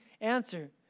answer